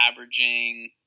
averaging